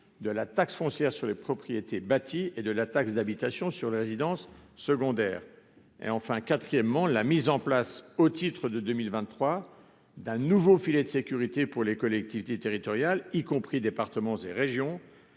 de la taxe foncière sur les propriétés bâties et de la taxe d'habitation sur les résidences secondaires et enfin quatrièmement, la mise en place au titre de 2023 d'un nouveau filet de sécurité pour les collectivités territoriales, y compris, départements et régions